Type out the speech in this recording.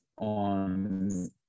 on